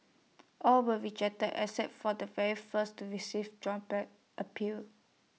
all were rejected except for the very first to revive appeal